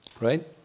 right